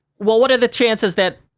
well, what are the chances that,